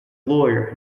lawyer